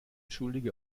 schuldige